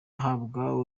ahabwa